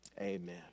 amen